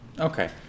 Okay